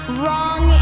wrong